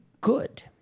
good